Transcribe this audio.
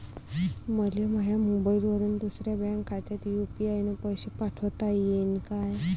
मले माह्या मोबाईलवरून दुसऱ्या बँक खात्यात यू.पी.आय न पैसे पाठोता येईन काय?